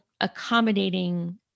accommodating